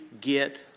get